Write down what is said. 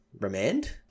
remand